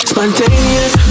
Spontaneous